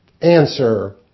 Answer